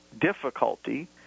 difficulty